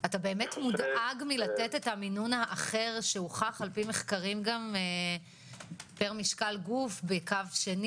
בטיפולים, ההצלחה בחולים בקו הראשון